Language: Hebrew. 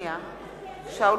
פה.